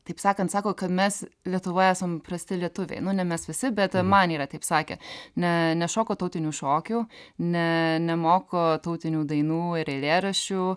taip sakant sako kad mes lietuvoj esam prasti lietuviai nu ne mes visi bet man yra taip sakę ne nešoko tautinių šokių ne nemoko tautinių dainų ir eilėraščių